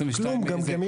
22 זה.